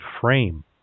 frame